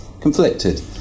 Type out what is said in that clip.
conflicted